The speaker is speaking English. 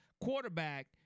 quarterback